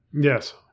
Yes